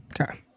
Okay